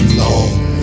long